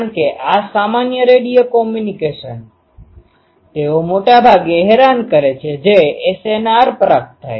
કારણ કે આ સામાન્ય રેડિયો કમ્યુનિકેશન તેઓ મોટે ભાગે હેરાન કરે છે જે SNR પ્રાપ્ત થાય છે